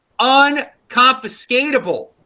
unconfiscatable